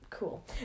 cool